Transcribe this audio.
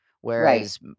whereas